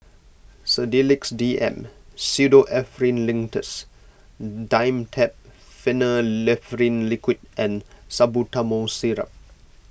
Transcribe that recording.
Sedilix D M Pseudoephrine Linctus Dimetapp Phenylephrine Liquid and Salbutamol Syrup